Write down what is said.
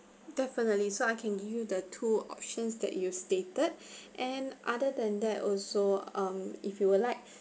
definitely so I can give you the two options that you've stated and other than that also um if you would like